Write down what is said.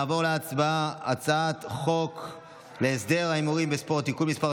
נעבור להצבעה על הצעת חוק להסדר ההימורים בספורט (תיקון מס'